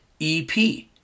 EP